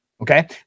Okay